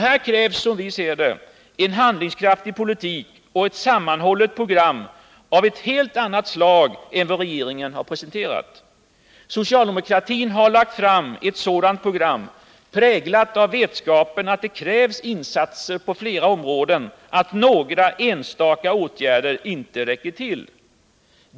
Här krävs, som vi ser det, en handlingskraftig politik och ett sammanhållet program av ett helt annat slag än vad regeringen presenterat. Socialdemokratin har lagt fram ett sådant program, präglat av vetskapen att det krävs insatser på flera områden, att några enstaka åtgärder inte räcker till.